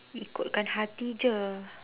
ikutkan hati je